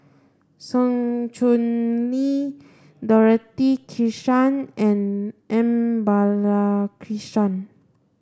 Sng Choon Yee Dorothy Krishnan and M Balakrishnan